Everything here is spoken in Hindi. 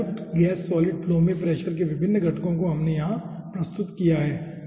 और डाईल्युट गैस सॉलिड फ्लो में प्रेशर के विभिन्न घटकों को हमने यहां प्रस्तुत किया है